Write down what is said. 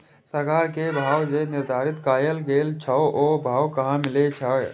सरकार के भाव जे निर्धारित कायल गेल छै ओ भाव कहाँ मिले छै?